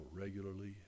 regularly